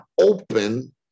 open